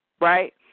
right